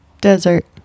Desert